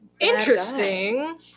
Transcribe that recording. interesting